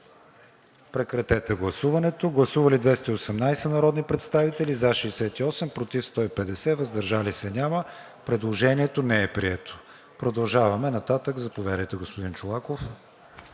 ще се подготви. Гласували 218 народни представители: за 68, против 150, въздържали се няма. Предложението не е прието. Продължаваме нататък. Заповядайте, господни Чолаков.